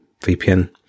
VPN